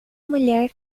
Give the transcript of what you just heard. mulher